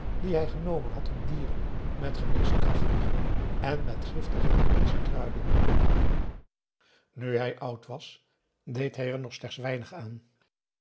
die hij genomen had op dieren met geneeskrachtige en met giftige inlandsche kruiden nu hij oud was deed hij er nog slechts weinig aan